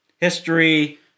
History